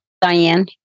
Diane